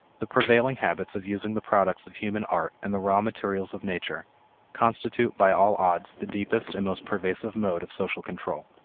the prevailing habits of using the products of human art and the raw materials of nature constitute by all odds the deepest and most pervasive mode of social control.